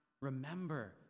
remember